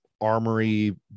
armory